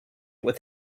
with